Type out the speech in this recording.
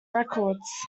records